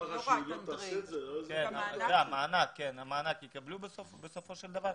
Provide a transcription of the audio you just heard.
את המענק יקבלו בסופו של דבר?